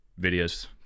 videos